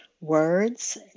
Words